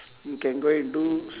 you can go and do s~